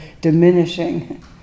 diminishing